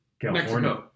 California